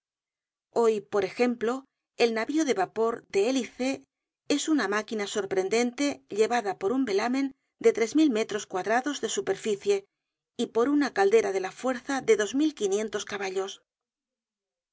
hoy por ejemplo el navio de vapor de hélice es una máquina sorprendente llevada por un velamen de tres mil metros cuadrados de superficie y por una caldera de la fuerza de dos mil quinientos caballos